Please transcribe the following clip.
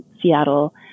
Seattle